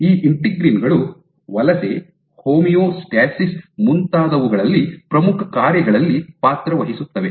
ಈ ಇಂಟಿಗ್ರಿನ್ ಗಳು ವಲಸೆ ಹೋಮಿಯೋಸ್ಟಾಸಿಸ್ ಮುಂತಾದವುಗಳಲ್ಲಿ ಪ್ರಮುಖ ಕಾರ್ಯಗಳಲ್ಲಿ ಪಾತ್ರವಹಿಸುತ್ತವೆ